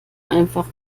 einfach